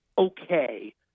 okay